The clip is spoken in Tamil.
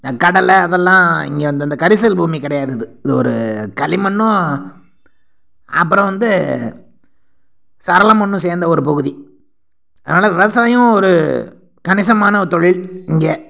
இந்த கடலை அதெல்லாம் இங்கே வந்து அந்த கரிசல் பூமி கிடையாது இது இது ஒரு களிமண்ணும் அப்புறம் வந்து சரள மண்ணும் சேர்ந்த ஒரு பகுதி அதனால் விவசாயம் ஒரு கணிசமான தொழில் இங்கே